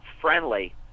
friendly